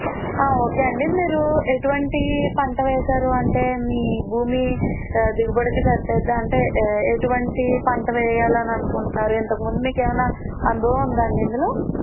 okay అండి మీరు ఎటువంటి పంట వేశారు అంటే మీ భూమి దిగుబడికి సరిపోతుందా అంటే ఎటువంటి పంట వెయ్యాలని అనుకుంటున్నారు ఇంతకు ముందు మీకు ఏమైనా అనుభవం ఉందా అండి ఇందులో